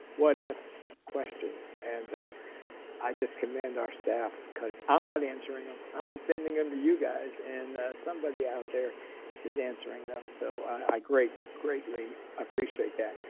what if questions. and i just commend our staff cause i'm not answering them. i'm sending them to you guys and somebody out there is answering them. so i greatly greatly appreciate that.